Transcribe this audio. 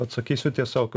atsakysiu tiesiog